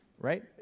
right